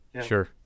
Sure